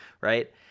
right